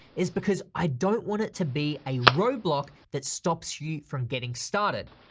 is because i don't want it to be a roadblock that stops you from getting started.